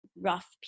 rough